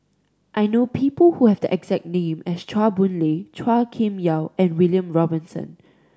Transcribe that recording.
I know people who have the exact name as Chua Boon Lay Chua Kim Yeow and William Robinson